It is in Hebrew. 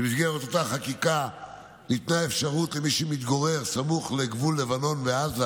במסגרת אותה חקיקה ניתנה אפשרות למי שמתגורר סמוך לגבול לבנון ועזה